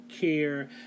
care